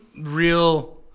real